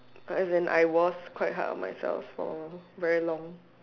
as in I was quite hard on myself for very long